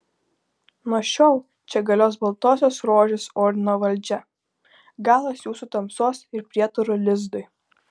nuo šiol čia galios baltosios rožės ordino valdžia galas jūsų tamsos ir prietarų lizdui